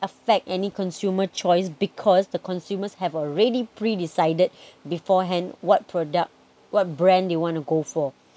affect any consumer choice because the consumers have already pre decided beforehand what product what brand they want to go for